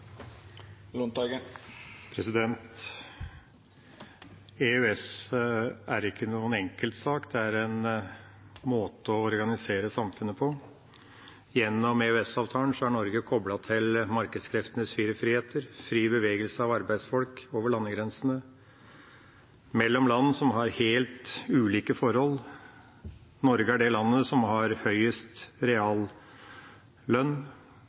EØS er ikke noen enkeltsak, det er en måte å organisere samfunnet på. Gjennom EØS-avtalen er Norge koblet til markedskreftenes fire friheter, fri bevegelse av arbeidsfolk over landegrensene mellom land som har helt ulike forhold. Norge er det landet som har høyest